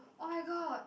oh-my-god